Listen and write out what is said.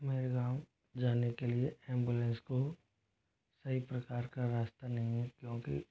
मेरे गाँव जाने के लिए एम्बुलेंस को सही प्रकार का रास्ता नहीं है क्योंकि